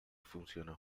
funcionó